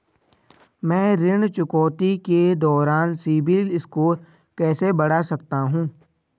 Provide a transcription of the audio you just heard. मैं ऋण चुकौती के दौरान सिबिल स्कोर कैसे बढ़ा सकता हूं?